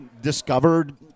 discovered